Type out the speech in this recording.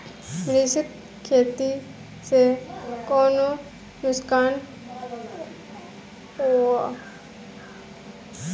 मिश्रित खेती से कौनो नुकसान वा?